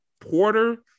porter